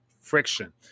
friction